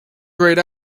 grayed